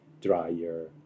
drier